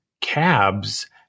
cabs